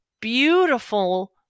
beautiful